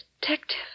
detective